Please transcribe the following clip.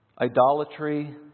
Idolatry